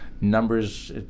Numbers